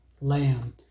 Lamb